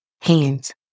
hands